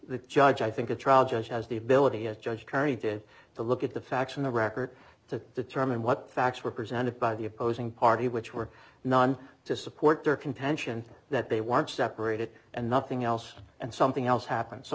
the judge i think a trial judge has the ability as judge perry did to look at the facts in the record to determine what the facts were presented by the opposing party which were none to support their contention that they weren't separated and nothing else and something else happened so